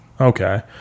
Okay